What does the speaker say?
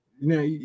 now